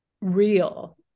real